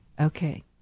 Okay